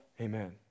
amen